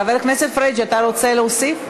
חבר הכנסת פריג', אתה רוצה להוסיף?